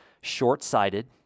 short-sighted